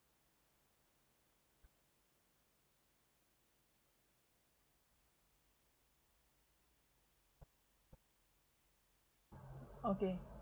okay